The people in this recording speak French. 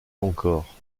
encore